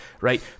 right